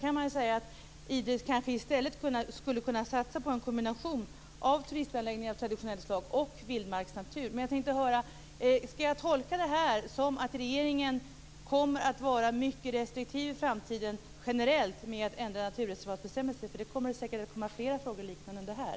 Man kan säga att Idre kanske i stället skulle kunna satsa på en kombination av turistanläggningar av traditionellt slag och vildmarksnatur. Jag undrar om jag skall tolka det här så att regeringen kommer att vara mycket restriktiv i framtiden när det gäller att ändra naturreservatsbestämmelser. Det kommer säkerligen att komma upp flera frågor liknande den här.